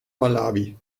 malawi